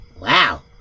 Wow